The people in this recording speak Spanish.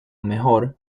mejor